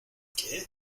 qué